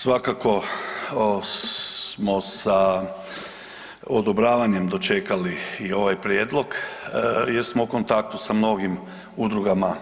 Svakako smo sa odobravanjem dočekali i ovaj prijedlog jer smo u kontaktu sa mnogim udrugama